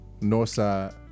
Northside